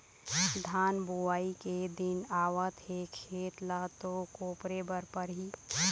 धान बोवई के दिन आवत हे खेत ल तो कोपरे बर परही